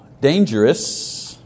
Dangerous